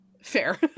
fair